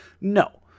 no